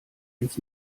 ins